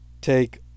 take